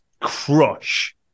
crush